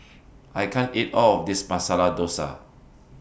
I can't eat All of This Masala Dosa